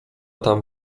tam